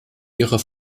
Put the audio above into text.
ihrer